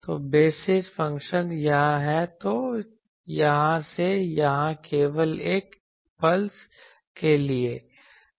तो basis function यहाँ है तो यहाँ से यहाँ केवल एक पल्स के लिए